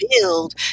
build